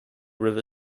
river